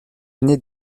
aîné